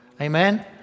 Amen